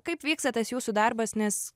kaip vyksta tas jūsų darbas nes